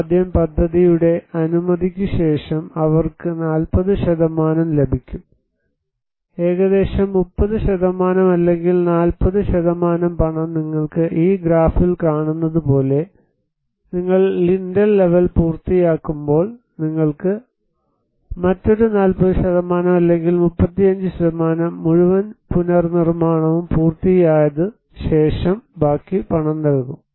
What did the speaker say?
ആദ്യം പദ്ധതിയുടെ അനുമതിക്ക് ശേഷം അവർക്ക് 40 ലഭിക്കും ഏകദേശം 30 അല്ലെങ്കിൽ 40 പണം നിങ്ങൾക്ക് ഈ ഗ്രാഫിൽ കാണുന്നതുപോലെ നിങ്ങൾ ലിന്റൽ ലെവൽ പൂർത്തിയാക്കുമ്പോൾ നിങ്ങൾക്ക് മറ്റൊരു 40 അല്ലെങ്കിൽ 35 മുഴുവൻ പുനർനിർമ്മാണവും പൂർത്തിയായ ശേഷം ബാക്കി പണം നൽകും